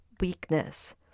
weakness